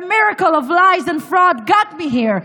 The miracle of lies and frauds got me here.